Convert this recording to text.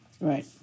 Right